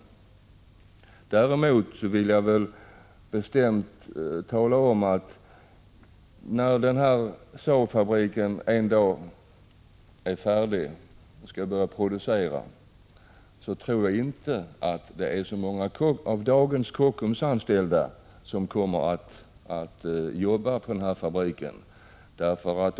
Däremot vill jag med bestämdhet hävda, att den dag denna Saabfabrik skall börja producera, tror jag inte att det är så många av dagens Kockumsanställda som kommer att jobba där.